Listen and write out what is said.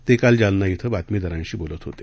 ते काल जालना इथं बातमीदारांशी बोलत होते